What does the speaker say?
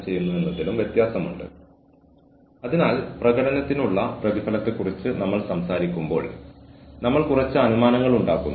പരിശീലനത്തിലും വികസനത്തിലും ജീവനക്കാരെ ഏറ്റെടുത്തുകഴിഞ്ഞാൽ ഓറിയന്റേഷൻ പ്രോഗ്രാമുകളുടെ ഫലപ്രാപ്തി നമ്മൾ നോക്കുന്നു